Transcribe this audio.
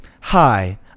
Hi